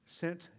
Sent